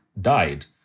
died